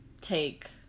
take